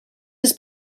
his